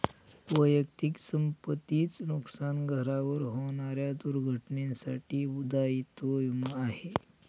वैयक्तिक संपत्ती च नुकसान, घरावर होणाऱ्या दुर्घटनेंसाठी दायित्व विमा आहे